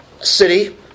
city